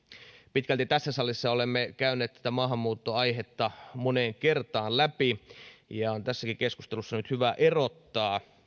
pitkälti tässä salissa olemme käyneet tätä maahanmuuttoaihetta moneen kertaan läpi ja on tässäkin keskustelussa nyt hyvä erottaa